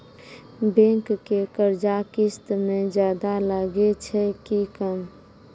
Bank के कर्जा किस्त मे ज्यादा लागै छै कि कम?